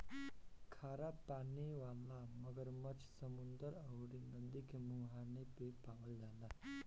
खरा पानी वाला मगरमच्छ समुंदर अउरी नदी के मुहाने पे पावल जाला